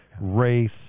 race